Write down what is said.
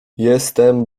jestem